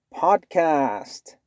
podcast